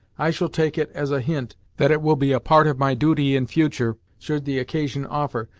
i shall take it as a hint that it will be a part of my duty in futur', should the occasion offer,